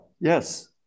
yes